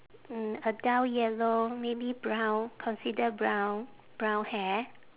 mm a dull yellow maybe brown consider brown brown hair